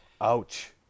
Ouch